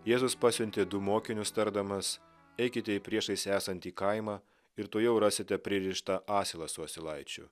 jėzus pasiuntė du mokinius tardamas eikite į priešais esantį kaimą ir tuojau rasite pririštą asilą su asilaičiu